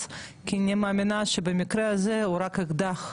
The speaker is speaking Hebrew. כי אני מאמינה שבמקרה הזה הוא רק אקדח,